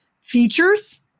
features